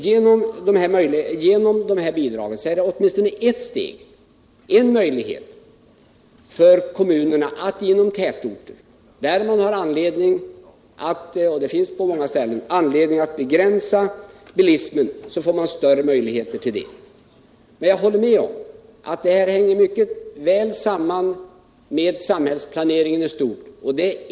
Genom bidragen får kommunerna åtminstone en möjlighet att begränsa bilismen i tätorter, där man har anledning att göra det. Jag håller med om att planen hänger mycket väl samman med samhällsplaneringen i stort.